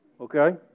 okay